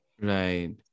Right